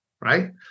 right